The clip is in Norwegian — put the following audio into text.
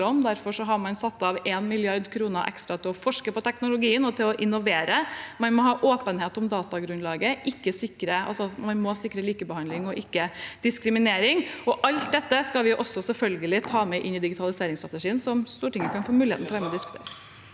Derfor er det satt av 1 mrd. kr ekstra til å forske på teknologien og til å innovere. Man må ha åpenhet om datagrunnlaget, og man må sikre likebehandling og ikke diskriminering. Alt dette skal vi selvfølgelig også ta med inn i digitaliseringsstrategien – som Stortinget kan få mulighet til å være